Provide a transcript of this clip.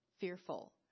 fearful